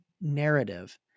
narrative